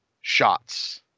shots